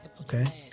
okay